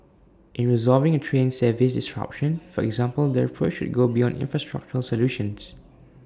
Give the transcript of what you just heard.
in resolving A train service disruption for example the approach should go beyond infrastructural solutions